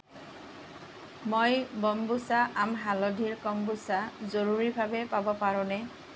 মই বম্বুচা আম হালধিৰ কম্বুচা জৰুৰীভাৱে পাব পাৰোঁনে